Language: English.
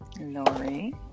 Lori